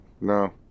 No